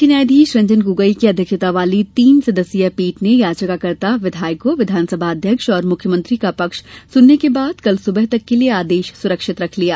मुख्य न्यायाधीश रंजन गोगोई की अध्यक्षता वाली तीन सदस्यीय पीठ ने याचिकाकर्ता विधायकों विधानसभा अध्यक्ष और मुख्यमंत्री का पक्ष सुनने के बाद कल सुबह तक के लिए आदेश सुरक्षित रख लिया